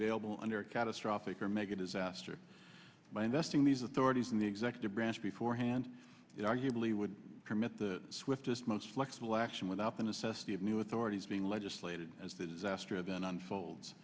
available under a catastrophic or mega disaster by investing these authorities in the executive branch before hand it arguably would permit the swiftest most flexible action without the necessity of new authorities being legislated as the disaster then unfolds